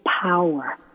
power